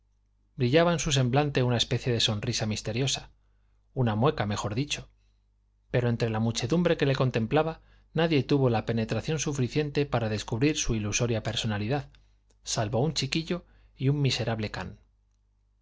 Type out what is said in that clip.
en su semblante una especie de sonrisa misteriosa una mueca mejor dicho pero entre la muchedumbre que le contemplaba nadie tuvo la penetración suficiente para descubrir su ilusoria personalidad salvo un chiquillo y un miserable can